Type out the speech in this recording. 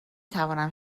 توانم